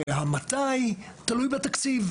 והמתי תלוי בתקציב.